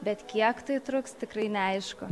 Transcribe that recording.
bet kiek tai truks tikrai neaišku